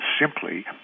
simply